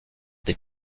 des